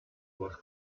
bosc